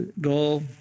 goal